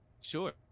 Sure